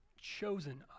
chosen